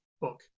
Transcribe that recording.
book